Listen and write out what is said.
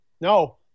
No